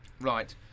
Right